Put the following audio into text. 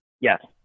Yes